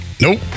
Nope